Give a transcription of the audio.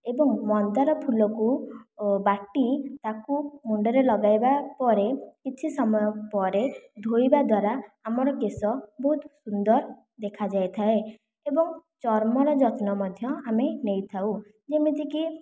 ଏବଂ ମନ୍ଦାର ଫୁଲକୁ ବାଟି ତାକୁ ମୁଣ୍ଡରେ ଲଗାଇବା ପରେ କିଛି ସମୟ ପରେ ଧୋଇବା ଦ୍ୱାରା ଆମର କେଶ ବହୁତ ସୁନ୍ଦର ଦେଖାଯାଇଥାଏ ଏବଂ ଚର୍ମର ଯତ୍ନ ମଧ୍ୟ ଆମେ ନେଇଥାଉ ଯେମିତିକି